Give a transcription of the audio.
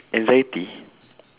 anxiety